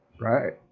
right